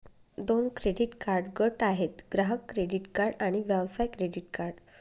दोन credit card गट आहेत, ग्राहक क्रेडिट कार्ड आणि व्यवसाय क्रेडिट कार्ड